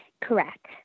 Correct